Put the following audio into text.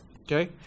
okay